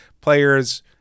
players